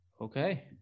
Okay